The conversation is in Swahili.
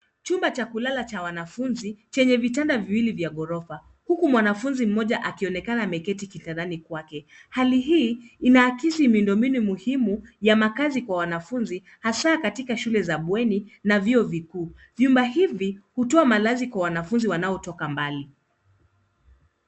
Chumba cha kulala cha wanafunzi, chenye vitanda viwili vya ghorofa, huku mwanafunzi mmoja akionekana ameketi kitandani kwake. Hali hii, inaakisi miundo mbinu muhimu ya makazi kwa wanafunzi, hasa katika shule za bweni, na vyuo vikuu. Vyumba hivi hutoa malazi kwa wanafunzi wanaotoka mbali.